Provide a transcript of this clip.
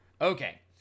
Okay